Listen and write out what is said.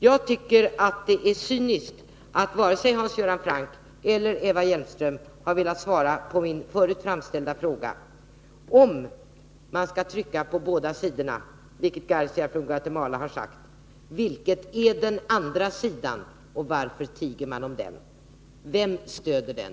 Jag tycker att det är cyniskt att varken Hans Göran Franck eller Eva Hjelmström har velat svara på min tidigare framställda fråga. Om man skall trycka på båda sidor, vilket Garcia från Guatemala har sagt, vilken är den andra sidan? Varför tiger man om den? Vem stöder den?